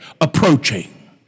approaching